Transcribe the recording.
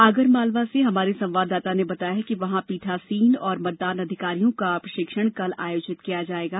आगरमालवा से हमारे संवाददाता ने बताया है कि वहां पीठासीन एवं मतदान अधिकारियों का प्रशिक्षण कल आयोजित किया जाएगा